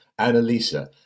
Annalisa